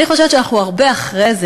אני חושבת שאנחנו הרבה אחרי זה.